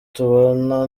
tubana